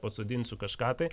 pasodinsiu kažką tai